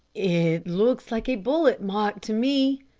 it looks like a bullet mark to me,